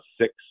six